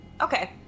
okay